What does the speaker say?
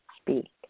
speak